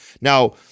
Now